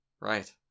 Right